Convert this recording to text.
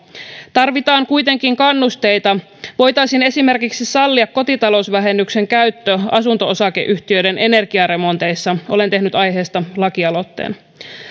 tarvitaan kuitenkin kannusteita voitaisiin esimerkiksi sallia kotitalousvähennyksen käyttö asunto osakeyhtiöiden energiaremonteissa olen tehnyt aiheesta lakialoitteen